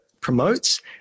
promotes